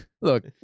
Look